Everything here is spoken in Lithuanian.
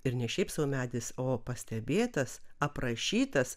ir ne šiaip sau medis o pastebėtas aprašytas